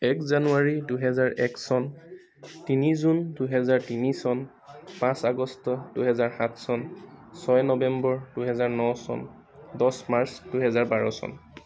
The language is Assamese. এক জানুৱাৰী দুহেজাৰ এক চন তিনি জুন দুহেজাৰ তিনি চন পাঁচ আগষ্ট দুহেজাৰ সাত চন ছয় নৱেম্বৰ দুহেজাৰ ন চন দছ মাৰ্চ দুহেজাৰ বাৰ চন